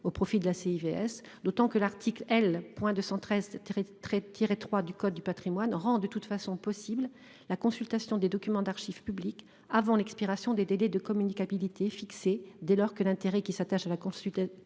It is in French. au profit de la CEI vs d'autant que l'article L point de 113 très très tiré 3 du code du patrimoine rang de toute façon possible la consultation des documents d'archives publiques avant l'expiration des délais de communicabilité fixé dès lors que l'intérêt qui s'attache à la consultation